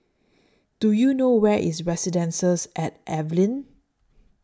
Do YOU know Where IS Residences At Evelyn